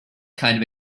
kind